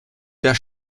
der